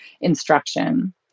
instruction